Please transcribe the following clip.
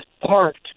parked